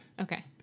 Okay